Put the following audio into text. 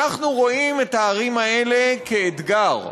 אנחנו רואים את הערים האלה כאתגר.